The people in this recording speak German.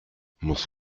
muss